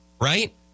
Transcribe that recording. right